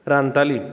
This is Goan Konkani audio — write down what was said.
रांदताली